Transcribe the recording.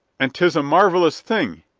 and tis a marvelous thing,